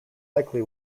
likely